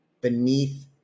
beneath